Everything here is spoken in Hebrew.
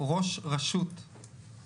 היה פה ראש רשות לשעבר,